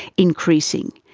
increasing?